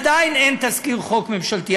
עדיין אין תזכיר חוק ממשלתי.